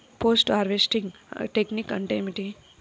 Post harvesting technique అంటే ఏమిటీ?